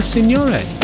Signore